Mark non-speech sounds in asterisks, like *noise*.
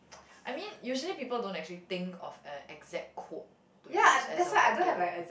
*noise* I mean usually people don't actually think of a exact quote to use as a motto